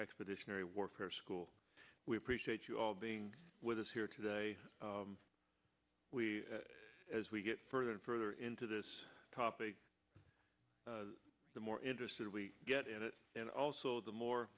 expeditionary warfare school we appreciate you all being with us here today we as we get further and further into this topic the more interested we get in it and also the more